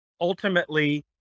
ultimately